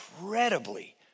incredibly